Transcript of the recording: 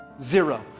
Zero